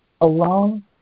Alone